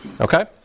okay